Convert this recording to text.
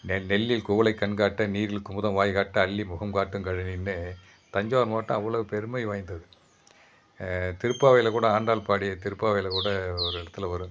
நெ நெல்லில் குவளை கண் காட்ட நீரில் குமுதம் வாய் காட்ட அல்லிக் முகம் காட்டும்களின் நின்று தஞ்சாவூர் மாவட்டம் அவ்வளோ பெருமை வாய்ந்தது திருப்பாவையில் கூட ஆண்டாள் பாடிய திருபாவையில் கூட ஒரு இடத்துல வரும்